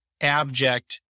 abject